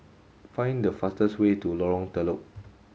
find the fastest way to Lorong Telok